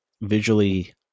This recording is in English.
visually